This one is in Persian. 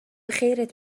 خیرت